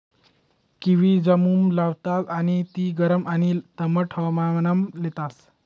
kiwi जम्मुमा लावतास आणि ती गरम आणि दमाट हवामानमा लेतस